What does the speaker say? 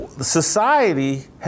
society